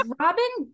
robin